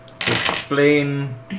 explain